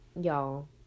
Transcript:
y'all